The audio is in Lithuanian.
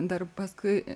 dar paskui